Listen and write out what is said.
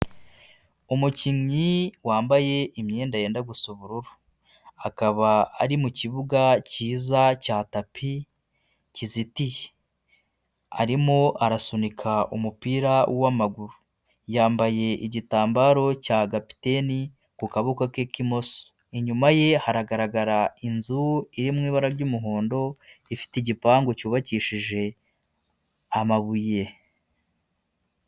Umukinnyi wambaye imyenda yenda gusa ubururu. Akaba ari mu kibuga kiza cya tapi kizitiye. Arimo arasunika umupira w'amaguru. Yambaye igitambaro cya gapiteni ku kaboko ke k'imoso. Inyuma ye haragaragara inzu iri mu ibara ry'umuhondo ifite igipangu cyubakishije amabuye.